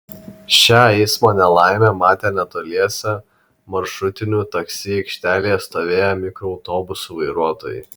šią eismo nelaimę matė netoliese maršrutinių taksi aikštelėje stovėję mikroautobusų vairuotojai